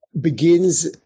begins